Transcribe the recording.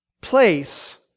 place